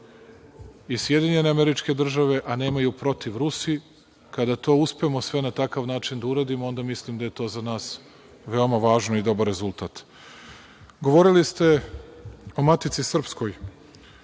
Oni kada to podrže i SAD, a nemaju protiv Rusi, kada to uspemo sve na takav način da uradimo, onda mislim da je to za nas veoma važno i dobar rezultat. Govorili ste o Matici srpskoj.